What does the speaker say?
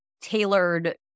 tailored